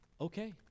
okay